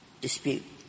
dispute